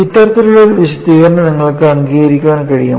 ഇത്തരത്തിലുള്ള ഒരു വിശദീകരണം നിങ്ങൾക്ക് അംഗീകരിക്കാൻ കഴിയുമോ